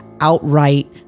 outright